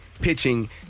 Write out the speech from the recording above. pitching